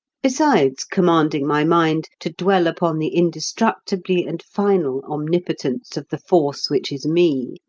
besides commanding my mind to dwell upon the indestructibly and final omnipotence of the force which is me,